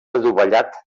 adovellat